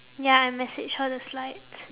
ya I messaged her the slides